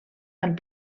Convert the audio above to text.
amb